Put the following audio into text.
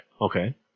Okay